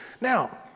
Now